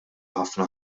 ħafna